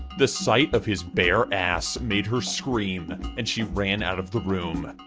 the sight of his bare ass made her scream and she ran out of the room.